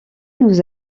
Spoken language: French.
nous